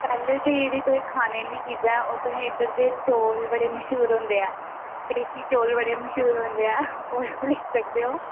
पैह्ले ते जेह्ड़ी तु'सें खाने आह्ली चीजां हैन ओह् तु'सें इद्धर दे चौल बड़े मशहूर होंदे न देसी चौल बड़े मश्हूर होंदे न ओह् लेई सकदे ओ